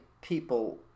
people